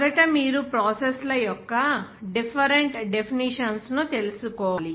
మొదట మీరు ప్రాసెస్ ల యొక్క డిఫరెంట్ డెఫినిషన్స్ ను తెలుసుకోవాలి